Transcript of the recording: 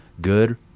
good